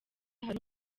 hari